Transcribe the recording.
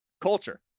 Culture